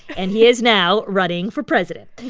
and he is now running for president.